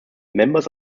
members